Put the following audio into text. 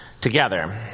together